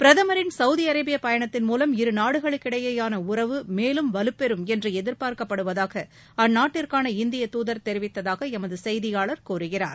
பிரதமரின் சவுதி அரேபிய பயணத்தின் மூலம் இருநாடுகளுக்கிடையேயான உறவு மேலும் வலுப்பெறும் என்று எதிர்பார்க்கப்படுவதாக அந்நாட்டுக்கான இந்திய தூதர் தெரிவித்ததாக எமது செய்தியாளர் கூறுகிறார்